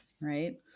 right